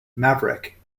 maverick